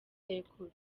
sekuru